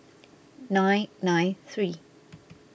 nine nine three